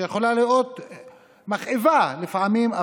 שיכולה להיות מכאיבה לפעמים,